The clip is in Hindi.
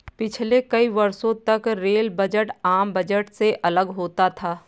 पिछले कई वर्षों तक रेल बजट आम बजट से अलग होता था